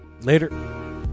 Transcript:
Later